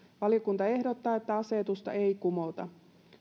valiokunta ehdottaa että asetusta ei kumota